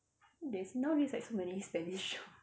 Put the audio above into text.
nowadays like so many spanish shows